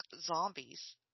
zombies